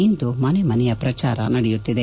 ಇಂದು ಮನೆ ಮನೆಯ ಪ್ರಚಾರ ನಡೆಯುತ್ತಿದೆ